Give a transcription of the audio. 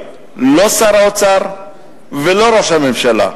הגיעו לא שר האוצר ולא ראש הממשלה,